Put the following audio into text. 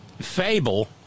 fable